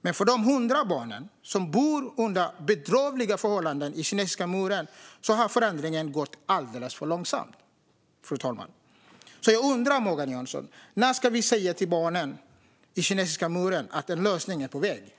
men för de över hundra barn som bor under bedrövliga förhållanden i Kinesiska muren har förändringen gått alldeles för långsamt. När, Morgan Johansson, ska vi säga till barnen i Kinesiska muren att en lösning är på väg?